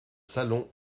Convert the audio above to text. salon